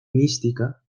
mística